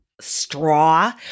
straw